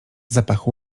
zapach